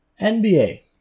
NBA